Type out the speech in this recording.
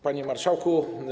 Panie Marszałku!